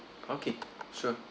okay sure